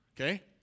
Okay